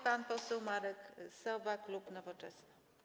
Pan poseł Marek Sowa, klub Nowoczesna.